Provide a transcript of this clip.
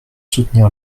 soutenir